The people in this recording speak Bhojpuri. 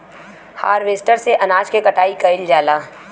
हारवेस्टर से अनाज के कटाई कइल जाला